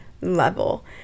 level